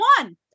one